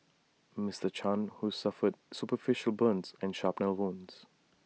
Mister chan who suffered superficial burns and shrapnel wounds